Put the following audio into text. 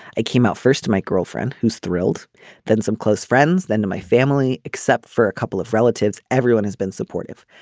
i came out first to my girlfriend who's thrilled then some close friends then to my family except for a couple of relatives. everyone has been supportive.